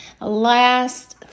last